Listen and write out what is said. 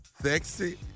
Sexy